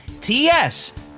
TS